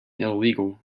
illegal